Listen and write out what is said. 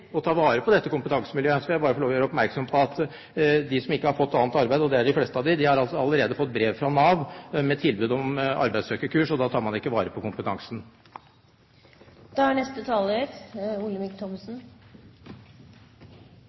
ta vare på dette kompetansemiljøet, vil jeg bare få lov til å gjøre oppmerksom på at de som ikke har fått annet arbeid, og det er de fleste av dem, har allerede fått brev fra Nav med tilbud om arbeidssøkerkurs. Da tar man ikke vare på